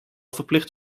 verplicht